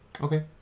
Okay